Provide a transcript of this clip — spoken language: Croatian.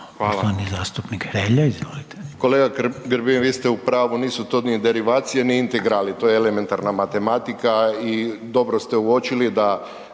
Hvala